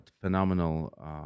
phenomenal